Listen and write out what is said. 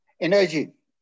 Energy